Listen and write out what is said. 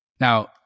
now